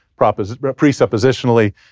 presuppositionally